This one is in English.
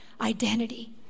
identity